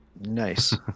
Nice